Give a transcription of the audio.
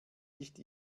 nicht